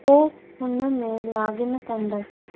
पोइ हुन में लागिन कंदसि